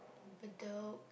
Bedok